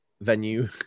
venue